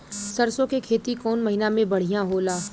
सरसों के खेती कौन महीना में बढ़िया होला?